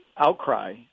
outcry